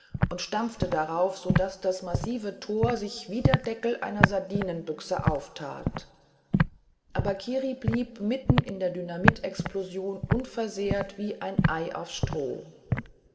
und stampfte darauf so daß das massive tor sich wie der deckel einer sardinenbüchse auftat aber kiri blieb mitten in der dynamitexplosion unversehrt wie ein ei auf stroh